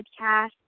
podcast